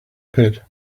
pit